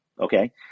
okay